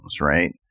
right